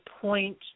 point